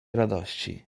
radości